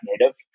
Native